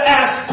ask